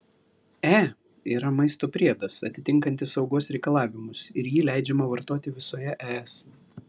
e yra maisto priedas atitinkantis saugos reikalavimus ir jį leidžiama vartoti visoje es